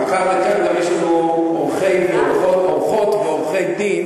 מאחר שיש לנו עורכות ועורכי-דין,